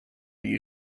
you